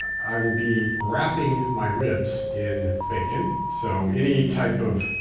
i will be wrapping my ribs in bacon. so any type of